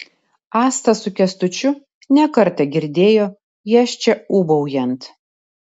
asta su kęstučiu ne kartą girdėjo jas čia ūbaujant